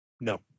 No